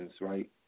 right